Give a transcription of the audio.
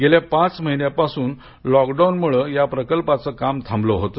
गेल्या पाच महिन्यापासून लॉकडाऊन मूळ या प्रकल्पाचं काम थांबल होत